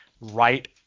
right